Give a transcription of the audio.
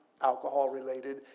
alcohol-related